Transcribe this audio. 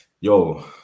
Yo